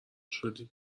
شدی